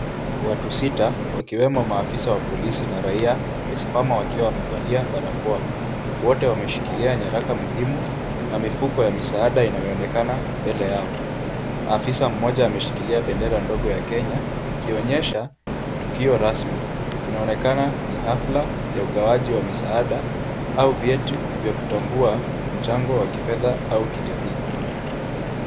Watu sita, wakiwemo maafisa wa polisi na raia wamesimama wakiwa wamevalia barakoa. Wote wameshikilia nyaraka muhimu na mifuko ya misaada inaonekana mbele yao. Afisa mmoja ameshikilia bendera ndogo ya Kenya, ikionyesha tukio rasmi. Inaonekana ni hafla ya ugawaji wa misaada au vyeti vya kutambua mchango wa kifedha au kijamii.